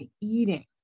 eating